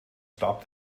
stop